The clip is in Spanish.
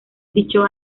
dicho